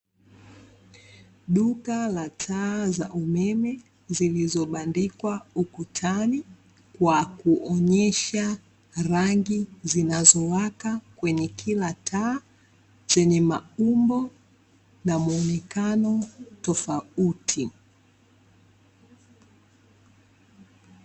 Duka la taa za umeme zilizobandikwa ukutani kwa kuonyesha rangi zinazo waka kwenye kila taa, zenye maumbo na muonekano tofauti.